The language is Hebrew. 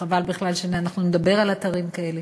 וחבל בכלל שאנחנו נדבר על אתרים כאלה.